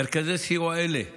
מרכזי סיוע אלה תומכים,